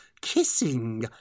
kissing